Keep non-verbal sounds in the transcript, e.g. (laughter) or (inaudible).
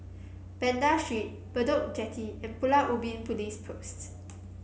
Banda Street Bedok Jetty and (noise) Pulau Ubin (noise) Police (noise) Post